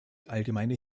allgemeine